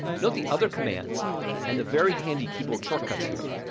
note the other commands and the very handy keyboard shortcuts here.